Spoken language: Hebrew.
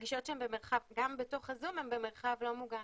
מרגישות שגם בתוך הזום הן במרחב לא מוגן,